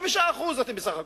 5% אתם בסך הכול.